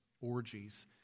orgies